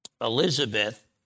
Elizabeth